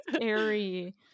airy